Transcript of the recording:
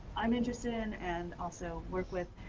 i'm interested in, and also work with,